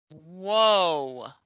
Whoa